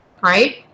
right